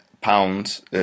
pounds